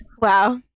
Wow